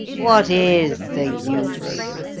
what is the use?